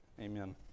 Amen